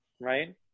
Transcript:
right